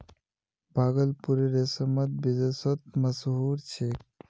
भागलपुरेर रेशम त विदेशतो मशहूर छेक